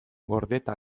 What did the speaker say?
gordeta